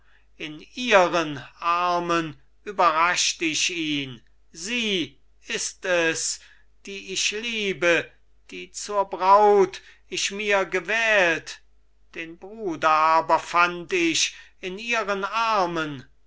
in ihren armen überrascht ich ihn sie ist es die ich liebe die zur braut ich mir gewählt den bruder aber fand ich in ihren armen alles